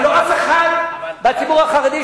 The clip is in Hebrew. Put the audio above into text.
ולא אף אחד בציבור החרדי,